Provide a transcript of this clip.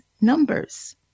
numbers